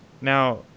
Now